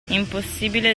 impossibile